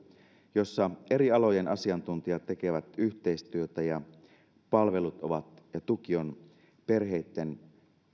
jossa eri alojen asiantuntijat tekevät yhteistyötä ja palvelut ja tuki ovat perheitten